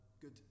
good